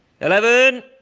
Eleven